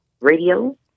radio